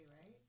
right